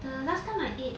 the last time I ate